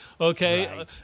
Okay